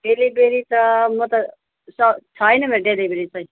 delivery त म त छैन मेरो डेलिभेरी चाहिँ